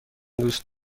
دوست